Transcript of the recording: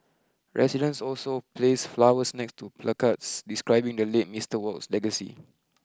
residents also placed flowers next to placards describing the late Mister Wok's legacy